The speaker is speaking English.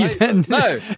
No